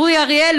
אורי אריאל,